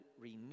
renew